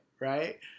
Right